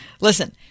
Listen